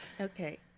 okay